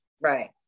Right